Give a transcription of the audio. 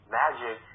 magic